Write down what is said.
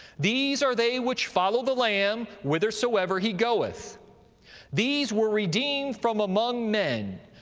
these are they which follow the lamb whithersoever he goeth. these were redeemed from among men,